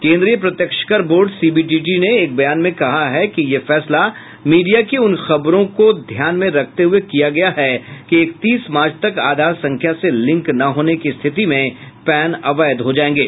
केंद्रीय प्रत्यक्ष कर बोर्ड सीबीडीटी ने एक बयान में कहा है कि यह फैसला मीडिया की उन खबरों को ध्यान में रखते हुए किया गया है कि इकतीस मार्च तक आधार संख्या से लिंक न होने की स्थिति में पैन अवैध हो जाएंगे